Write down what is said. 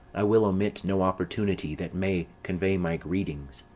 i will omit no opportunity that may convey my greetings,